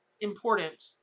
important